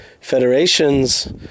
federations